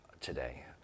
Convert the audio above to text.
today